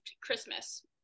Christmas